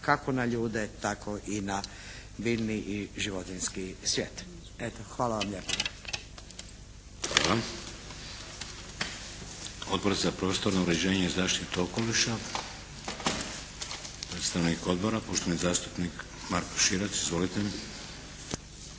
kako na ljude tako i na biljni i životinjski svijet. Eto, hvala vam lijepa. **Šeks, Vladimir (HDZ)** Hvala. Odbor za prostorno uređenje, zaštitu okoliša. Predstavnik odbora poštovani zastupnik Marko Širac. Izvolite.